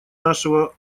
нашего